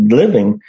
living